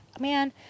man